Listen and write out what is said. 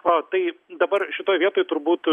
o tai dabar šitoj vietoj turbūt